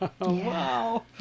Wow